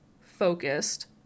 focused